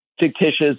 fictitious